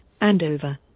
Andover